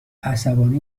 عصبانی